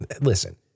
Listen